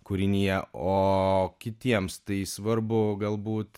kūrinyje o kitiems tai svarbu galbūt